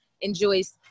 enjoys